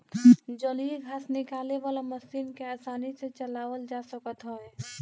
जलीय घास निकाले वाला मशीन के आसानी से चलावल जा सकत हवे